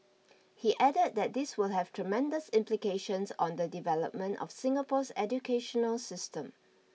he added that this will have tremendous implications on the development of Singapore's educational system